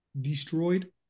destroyed